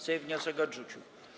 Sejm wniosek odrzucił.